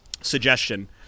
suggestion